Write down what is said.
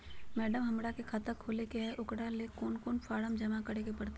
Madam, हमरा के खाता खोले के है उकरा ले कौन कौन फारम जमा करे परते?